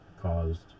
caused